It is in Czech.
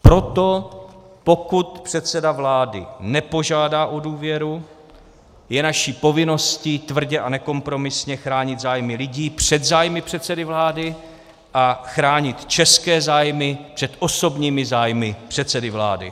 Proto pokud předseda vlády nepožádá o důvěru, je naší povinností tvrdě a nekompromisně chránit zájmy lidí před zájmy předsedy vlády a chránit české zájmy před osobními zájmy předsedy vlády!